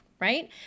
right